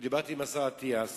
דיברתי עם השר אטיאס